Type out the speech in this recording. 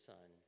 Son